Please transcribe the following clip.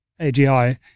AGI